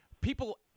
people